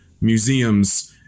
museums